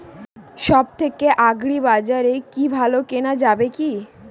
সব থেকে আগ্রিবাজারে কি ভালো কেনা যাবে কি?